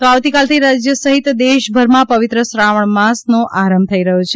તો આવતીકાલથી રાજ્ય સહિત દેશભરમાં પવિત્ર શ્રાવણ માસનો પ્રારંભ થઇ રહ્યો છે